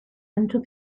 ancho